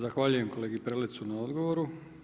Zahvaljujem kolegi Prlecu na odgovoru.